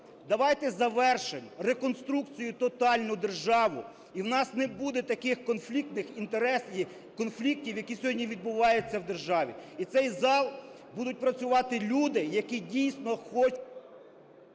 давайте завершимо реконструкцію тотальну державну і у нас не буде таких конфліктних інтересів… конфліктів, які сьогодні відбуваються в державі, і в цьому залі будуть працювати люди, які дійсно хочуть...